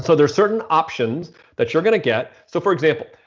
so there's certain options that you're going to get. so for example,